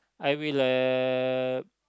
I will uh